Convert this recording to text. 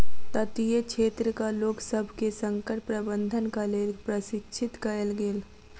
तटीय क्षेत्रक लोकसभ के संकट प्रबंधनक लेल प्रशिक्षित कयल गेल